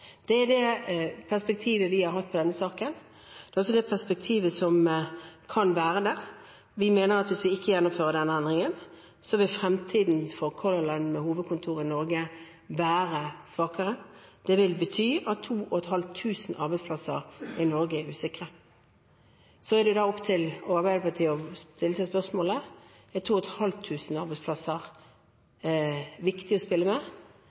Det er det perspektivet vi har hatt på denne saken, og det er også det perspektivet som kan være der. Vi mener at hvis vi ikke gjennomfører denne endringen, vil fremtiden for Color Line, med hovedkontor i Norge, være svakere. Det vil bety at 2 500 arbeidsplasser i Norge er usikre. Så er det da opp til Arbeiderpartiet å stille seg spørsmålet: Er 2 500 arbeidsplasser viktig å spille med,